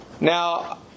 Now